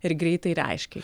ir greitai ir aiškiai